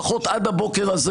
לפחות עד הבוקר הזה,